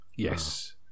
Yes